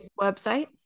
website